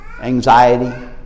anxiety